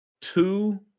two